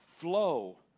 flow